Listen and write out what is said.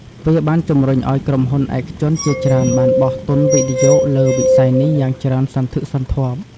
វាបានជំរុញឲ្យក្រុមហ៊ុនឯកជនជាច្រើនបានបោះទុនវិនិយោគលើវិស័យនេះយ៉ាងច្រើនសន្ធឹកសន្ធាប់។